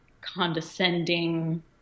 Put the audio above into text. condescending